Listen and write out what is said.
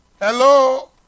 Hello